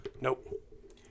Nope